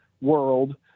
world